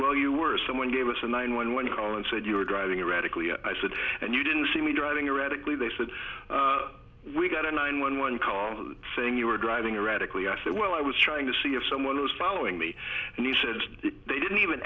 well you were someone gave us a nine one one call and said you were driving erratically i said and you didn't see me driving a radically they said we got a nine one one call saying you were driving a radically i said well i was trying to see if someone was following me and he said they didn't even